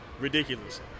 ridiculous